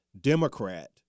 Democrat